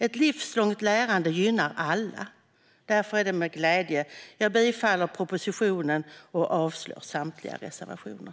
Ett livslångt lärande gynnar alla. Därför är det med glädje jag yrkar bifall till propositionen och avslag på samtliga reservationer.